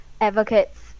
advocates